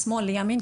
משמאל לימין,